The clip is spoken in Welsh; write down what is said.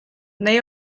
neu